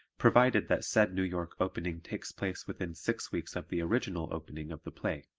provided that said new york opening takes place within six weeks of the original opening of the play.